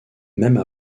même